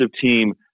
team